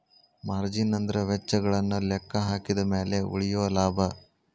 margin ಅಂದ್ರ ವೆಚ್ಚಗಳನ್ನ ಲೆಕ್ಕಹಾಕಿದ ಮ್ಯಾಲೆ ಉಳಿಯೊ ಲಾಭ